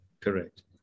Correct